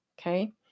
Okay